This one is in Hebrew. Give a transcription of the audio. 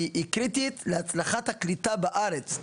והסוגיה היא קריטית להצלחת הקליטה בארץ.